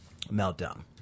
meltdown